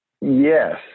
Yes